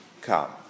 come